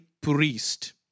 priest